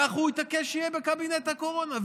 וכך הוא התעקש שיהיה בקבינט הקורונה.